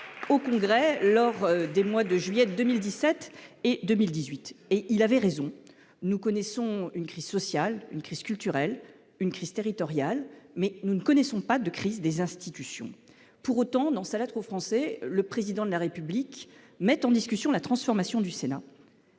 le Congrès en juillet 2017 et en juillet 2018. Il avait raison : nous connaissons une crise sociale, une crise culturelle, une crise territoriale, mais nous ne connaissons pas de crise des institutions. Eh oui ! Pourtant, dans sa, le Président de la République met en discussion la transformation du Sénat.